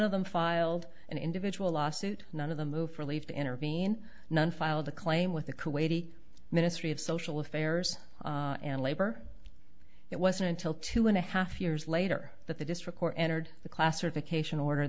of them filed an individual lawsuit none of them moved for leave to intervene none filed a claim with the kuwaiti ministry of social affairs and labor it wasn't until two and a half years later that the district court entered the classification order